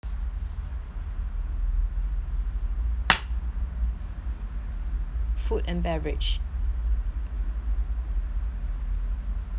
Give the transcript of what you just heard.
food and beverage